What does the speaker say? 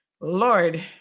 Lord